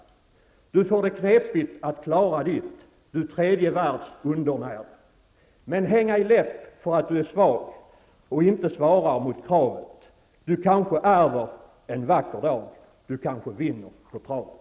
Du får det knepigt att klara ditt, Men häng ej läpp för att du är svag och inte svarar mot kravet. Du kanske ärver en vacker dag. Du kanske vinner på travet.